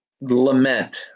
lament